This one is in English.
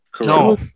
No